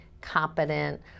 competent